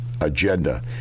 Agenda